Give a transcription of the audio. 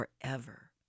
forever